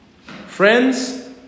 Friends